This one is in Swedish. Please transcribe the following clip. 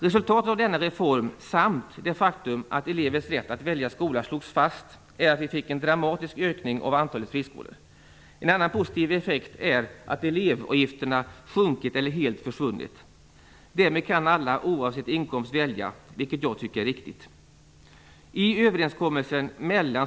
Resultatet av denna reform samt det faktum att elevers rätt att välja skola slogs fast är att vi fått en dramatisk ökning av antalet friskolor. En annan positiv effekt är att elevavgifterna sjunkit eller helt försvunnit. Därmed kan alla oavsett inkomst välja, vilket jag tycker är riktigt.